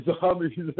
zombies